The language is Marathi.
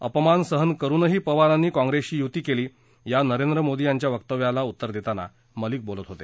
अपमान सहन करुनही पवारांनी काँप्रेसशी युती केली आहे या नरेंद्र मोदींच्या व्यक्तव्यावर उत्तर देताना मलिक बोलत होते